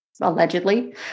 allegedly